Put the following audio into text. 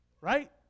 Right